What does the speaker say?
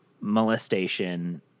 molestation